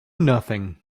nothing